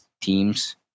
teams